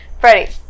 Freddie